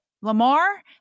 lamar